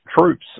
troops